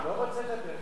לא רוצה לדבר.